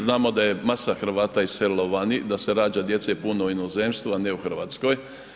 Znamo da je masa Hrvata iselilo vani, da se rađa djece puno u inozemstvu, a ne u Hrvatskoj.